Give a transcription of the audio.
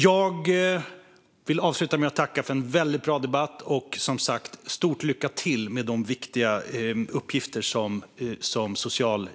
Jag vill avsluta med att tacka för en väldigt bra debatt och, som sagt, önska lycka till med de viktiga uppgifter som socialtjänstministern har.